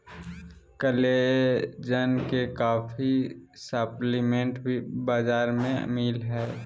collagen के काफी supplement भी बाजार में मिल हइ